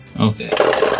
Okay